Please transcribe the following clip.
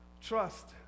Trust